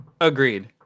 agreed